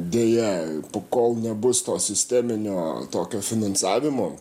deja kol nebus to sisteminio tokio finansavimo